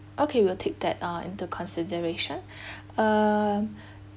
okay we'll take that uh into consideration uh